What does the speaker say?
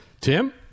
tim